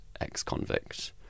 ex-convict